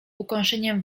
ukąszeniem